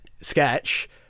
sketch